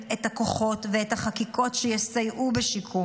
את הכוחות ואת החקיקות שיסייעו בשיקום.